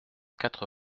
quatre